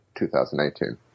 2018